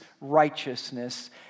righteousness